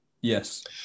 Yes